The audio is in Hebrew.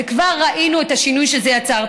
וכבר ראינו את השינוי שזה יצר.